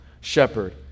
shepherd